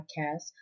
podcast